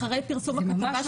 אחרי פרסום הכתבה,